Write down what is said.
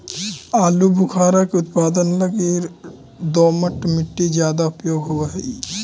आलूबुखारा के उत्पादन लगी दोमट मट्टी ज्यादा उपयोग होवऽ हई